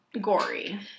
gory